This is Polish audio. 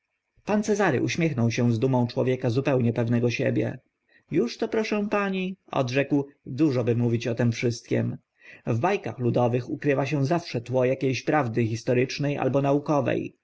pan cezary uśmiechnął się z dumą człowieka zupełnie pewnego siebie już to proszę pani odrzekł dużo by mówić o tym wszystkim w ba kach ludowych ukrywa się zawsze tło akie ś prawdy historyczne albo naukowe